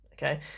Okay